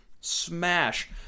smash